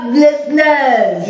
listeners